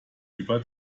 über